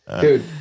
Dude